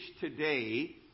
today